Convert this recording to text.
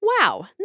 Wow